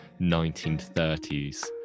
1930s